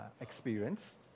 experience